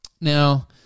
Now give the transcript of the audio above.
now